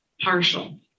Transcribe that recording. partial